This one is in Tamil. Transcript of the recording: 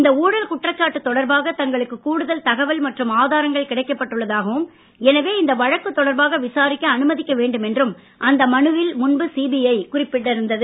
இந்த ஊழல் குற்றச்சாட்டு தொடர்பாக தங்களுக்கு கூடுதல் தகவல் மற்றும் ஆதாரங்கள் கிடைக்கப்பட்டுள்ளதாகவும் எனவே இந்த வழக்கு தொடர்பாக விசாரிக்க அனுமதிக்க வேண்டும் என்றும் அந்த மனுவில் முன்பு சிபிஐ குறிப்பிட்டிருந்தது